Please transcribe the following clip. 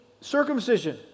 circumcision